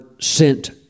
sent